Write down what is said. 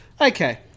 Okay